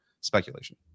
speculation